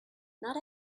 not